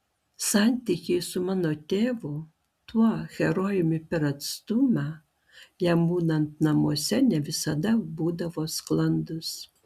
santykiai su mano tėvu tuo herojumi per atstumą jam būnant namuose ne visada būdavo sklandūs